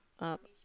uh